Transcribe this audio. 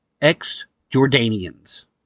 ex-Jordanians